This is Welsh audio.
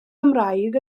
cymraeg